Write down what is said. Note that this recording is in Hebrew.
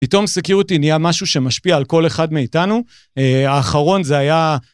פתאום סקיוריטי היא נהיה משהו שמשפיע על כל אחד מאיתנו. האחרון זה היה...